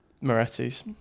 Moretti's